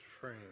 frame